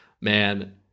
Man